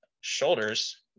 shoulders